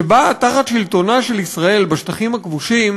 שבה תחת שלטונה של ישראל בשטחים הכבושים